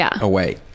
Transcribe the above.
away